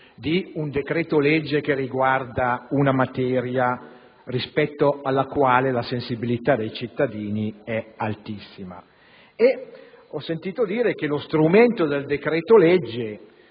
di un decreto-legge che riguarda una materia rispetto alla quale la sensibilità dei cittadini è altissima. Ho sentito dire che lo strumento del decreto-legge